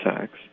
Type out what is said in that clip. sex